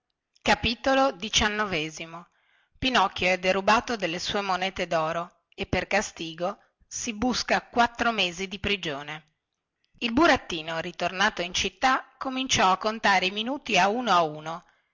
fatti loro pinocchio è derubato delle sue monete doro e per gastigo si busca quattro mesi di prigione il burattino ritornato in città cominciò a contare i minuti a uno a uno